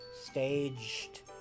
staged